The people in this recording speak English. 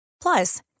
Plus